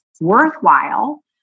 worthwhile